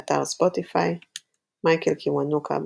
באתר ספוטיפיי מייקל קיוונוקה,